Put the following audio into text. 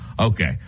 Okay